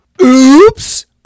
Oops